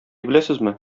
беләсезме